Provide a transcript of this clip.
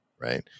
right